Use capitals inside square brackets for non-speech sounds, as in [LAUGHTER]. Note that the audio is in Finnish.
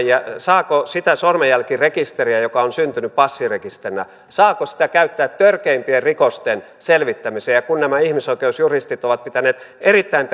saako sitä sormenjälkirekisteriä joka on syntynyt passirekisterinä käyttää törkeimpien rikosten selvittämiseen kun nämä ihmisoikeusjuristit ovat pitäneet erittäin [UNINTELLIGIBLE]